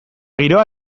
giroa